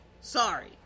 sorry